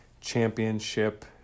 Championship